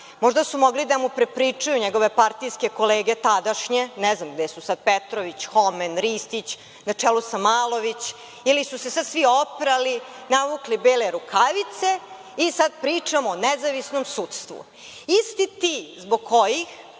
Možda su mogle da mu prepričaju njegove partijske kolege, tadašnje, ne znam gde su sada, Petrović, Homen, Ristić, na čelu sa Malović ili su se sada svi oprali, navukli bele rukavice i sada pričamo o nezavisnom sudstvu. Isti ti zbog kojih